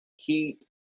keep